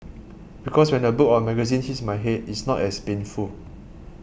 because when a book or a magazine hits my head it's not as painful